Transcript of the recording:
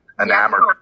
enamored